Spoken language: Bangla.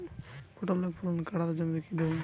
পটলের ফলন কাড়াতে জমিতে কি দেবো?